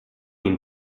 ihn